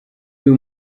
uyu